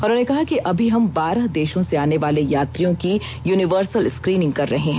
उन्होंने कहा कि अभी हम बारह देशों से आने वाले यात्रियों की यूनीवर्सल स्क्रीनिंग कर रहे हैं